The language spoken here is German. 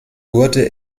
wurde